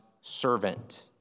servant